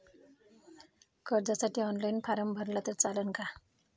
कर्जसाठी online form भरला तर चालन का?